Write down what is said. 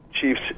chiefs